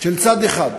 של צד אחד,